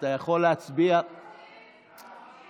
אתה יכול להצביע ------ דקה.